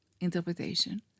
interpretation